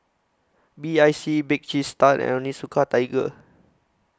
B I C Bake Cheese Tart and Onitsuka Tiger